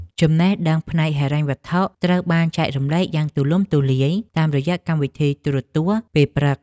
ចំណេះដឹងផ្នែកហិរញ្ញវត្ថុត្រូវបានចែករំលែកយ៉ាងទូលំទូលាយតាមរយៈកម្មវិធីទូរទស្សន៍ពេលព្រឹក។